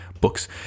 books